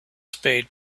spade